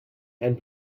and